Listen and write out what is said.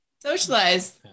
socialize